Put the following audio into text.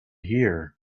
here